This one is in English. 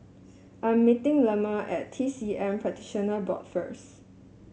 I'm meeting Lemma at T C M Practitioner Board first